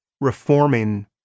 reforming